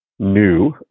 New